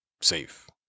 safe